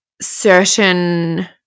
certain